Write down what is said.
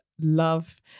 love